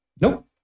Nope